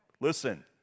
Listen